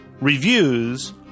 reviews